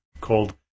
called